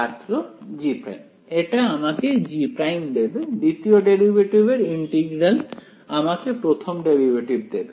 ছাত্র G' এটি আমাকে G' দেবে দ্বিতীয় ডেরিভেটিভ এর ইন্টিগ্রাল আমাকে প্রথম ডেরিভেটিভ দেবে